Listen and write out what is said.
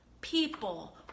people